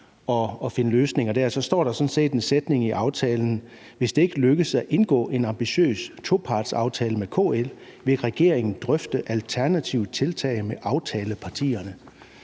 og finde løsninger der, og så står der sådan set den her sætning i aftalen: »Hvis det ikke lykkes at indgå en ambitiøs topartsaftale med KL, vil regeringen drøfte alternative tiltag med aftaleparterne.«